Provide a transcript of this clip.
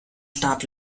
starrt